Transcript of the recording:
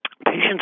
Patients